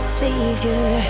savior